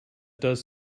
does